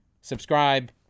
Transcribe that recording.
subscribe